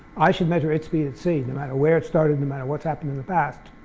i should measure it's b and c, no matter where it started, no matter what's happened in the past.